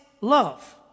love